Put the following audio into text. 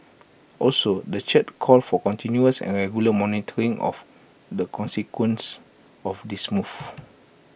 also the church called for continuous and regular monitoring of the consequences of this move